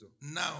Now